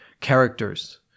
characters